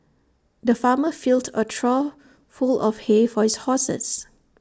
the farmer filled A trough full of hay for his horses